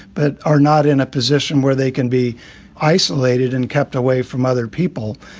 but are not in a position where they can be isolated and kept away from other people.